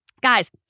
Guys